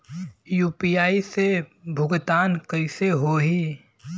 UPI से भुगतान कइसे होहीं?